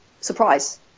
surprise